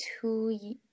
two